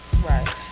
right